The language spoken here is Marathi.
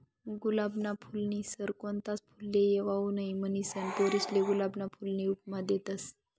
गुलाबना फूलनी सर कोणताच फुलले येवाऊ नहीं, म्हनीसन पोरीसले गुलाबना फूलनी उपमा देतस